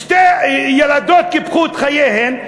שתי ילדות קיפחו את חייהן,